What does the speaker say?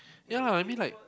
ya I mean like